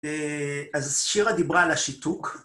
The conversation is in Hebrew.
אז שירה דיברה על השיתוק.